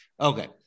Okay